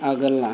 अगला